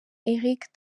erik